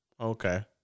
Okay